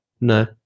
no